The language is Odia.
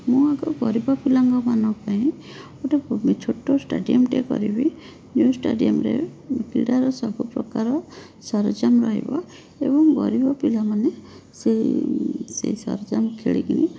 ମୁଁ ଆଗ ଗରିବ ପିଲାମାନଙ୍କ ପାଇଁ ଗୋଟେ ଛୋଟ ଷ୍ଟାଡ଼ିୟମ୍ଟେ କରିବି ଯେଉଁ ଷ୍ଟାଡିୟମ୍ରେ କ୍ରୀଡ଼ାର ସବୁପ୍ରକାର ସରଞ୍ଜାମ ରହିବ ଏବଂ ଗରିବ ପିଲାମାନେ ସେହି ସେହି ସରଞ୍ଜାମ ଖେଳି କରି